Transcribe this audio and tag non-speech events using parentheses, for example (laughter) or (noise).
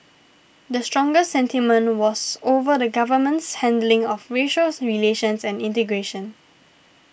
the strongest sentiment was over the Government's handling of racial (unintelligible) relations and integration